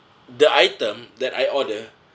the item that I order